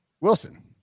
Wilson